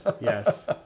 Yes